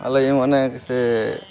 ଆଲ ଏ ମନା କେ ସେ